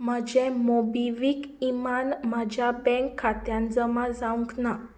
म्हजें मोबिवीक इमान म्हज्या बँक खात्यान जमा जावंक ना